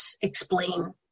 explain